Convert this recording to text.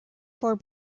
four